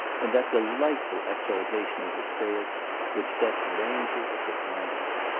and that delightful exaltation of the spirits which sets danger at defiance.